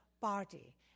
party